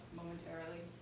momentarily